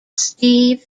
steve